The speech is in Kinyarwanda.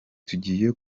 tugiye